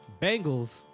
Bengals